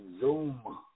Zoom